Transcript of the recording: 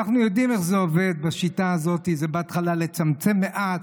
אנחנו יודעים איך זה עובד בשיטה הזאת: בהתחלה זה לצמצם מעט,